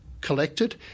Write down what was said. collected